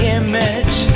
image